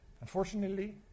Unfortunately